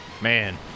Man